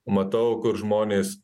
matau kur žmonės